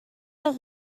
that